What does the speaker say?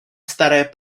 staré